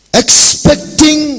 expecting